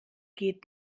geht